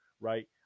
right